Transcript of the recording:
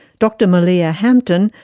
dr meleah hampton,